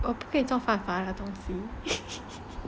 我不可以做犯法的东西